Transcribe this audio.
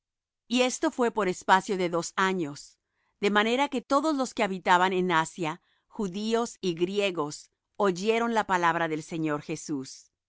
y esto fué por espacio de dos años de manera que todos los que habitaban en asia judíos y griegos oyeron la palabra del señor jesús